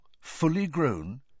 fully-grown